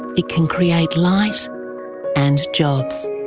it can create light and jobs.